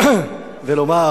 ולומר